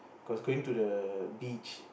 cause going to the beach